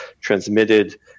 transmitted